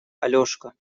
алешка